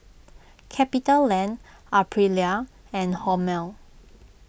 CapitaLand Aprilia and Hormel